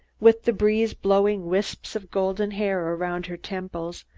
with the breeze blowing wisps of golden hair around her temples,